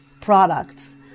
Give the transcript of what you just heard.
products